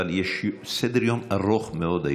אבל יש היום סדר-יום ארוך מאוד.